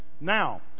Now